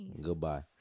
Goodbye